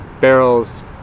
barrels